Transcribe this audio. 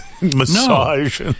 massage